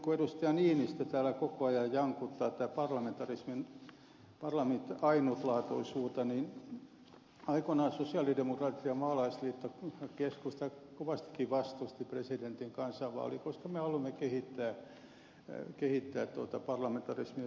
niinistö täällä koko ajan jankuttaa tätä parlamentarismin ainutlaatuisuutta niin aikoinaan sosialidemokraatit ja maalaisliitto keskusta kovastikin vastustivat presidentin kansanvaalia koska me haluamme kehittää parlamentarismia siltä pohjalta